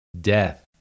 death